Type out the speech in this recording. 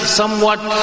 somewhat